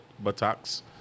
buttocks